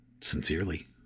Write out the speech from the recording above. sincerely